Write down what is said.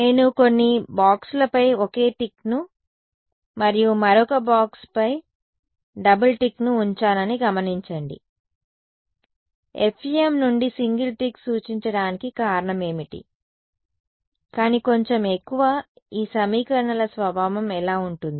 నేను కొన్ని బాక్స్ లపై ఒకే టిక్ను మరియు మరొక బాక్స్పై డబుల్ టిక్ను ఉంచానని గమనించండి FEM నుండి సింగిల్ టిక్ సూచించడానికి కారణం ఏమిటి కానీ కొంచెం ఎక్కువ ఈ సమీకరణాల స్వభావం ఎలా ఉంటుంది